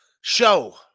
show